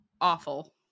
awful